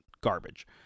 Garbage